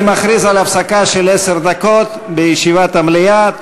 אני מכריז על הפסקה של עשר דקות בישיבת המליאה.